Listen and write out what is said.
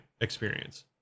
experience